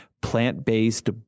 plant-based